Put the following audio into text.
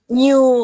new